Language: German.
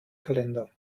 kalender